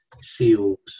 seals